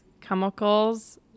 chemicals